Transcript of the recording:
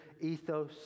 ethos